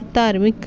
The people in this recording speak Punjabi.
ਧਾਰਮਿਕ